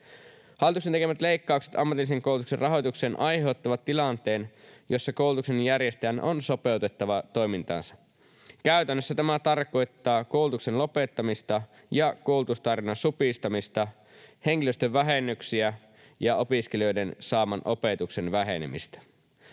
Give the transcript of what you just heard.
Hallituksen tekemät leikkaukset ammatillisen koulutuksen rahoitukseen aiheuttavat tilanteen, jossa koulutuksen järjestäjän on sopeutettava toimintaansa. Käytännössä tämä tarkoittaa koulutuksen lopettamista ja koulutustarjonnan supistamista, henkilöstön vähennyksiä ja opiskelijoiden saaman opetuksen vähenemistä.